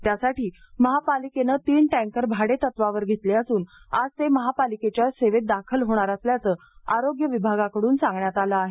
त्यासाठी महापालिकेने तीन टॅंकर भाडेतत्वावर घेतले असून आज ते महापालिकेच्या सेवेत दाखल होणार असल्याचं आरोग्य विभागाकडून सांगण्यात आलं आहे